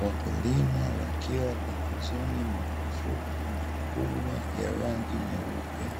Wakulima wakiwa pembezoni mwa mifuko mikubwa ya rangi nyeupe,